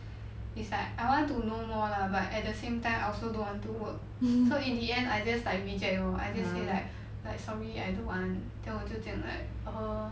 it's like I want to know more lah but at the same time I also don't want to work so in the end I just like reject lor I just say like like sorry I don't want then 我就讲 like err